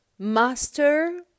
Master